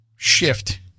shift